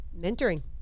mentoring